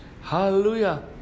hallelujah